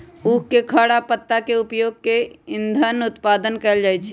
उख के खर आ पत्ता के उपयोग कऽ के इन्धन उत्पादन कएल जाइ छै